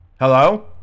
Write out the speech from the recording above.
Hello